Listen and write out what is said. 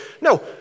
No